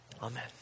Amen